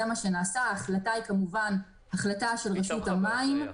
ההחלטה היא, כמובן, של רשות המים.